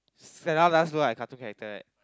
Sarah last what cartoon character right